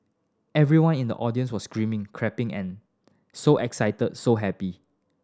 everyone in the audience was screaming clapping and so excited so happy